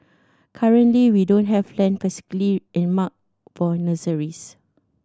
currently we don't have land specifically earmarked for nurseries